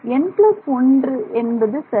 n plus 1 என்பது சரி